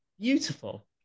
Beautiful